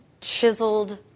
chiseled